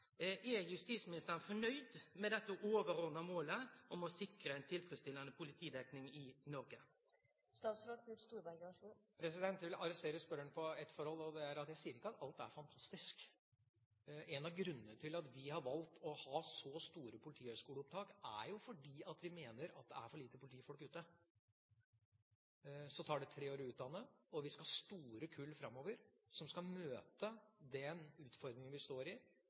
er justisministeren fornøgd med det overordna målet om å sikre ei tilfredsstillande politidekning i Noreg? Jeg vil arrestere spørreren for ett forhold: Jeg sier ikke at alt er fantastisk. En av grunnene til at vi har valgt å ha så store politihøyskoleopptak, er jo at vi mener det er for lite politifolk ute. Det tar tre år å utdanne dem, og vi skal ha store kull framover som skal møte den utfordringen vi står i.